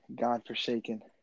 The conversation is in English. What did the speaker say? godforsaken